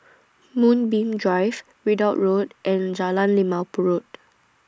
Moonbeam Drive Ridout Road and Jalan Limau Purut